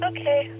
Okay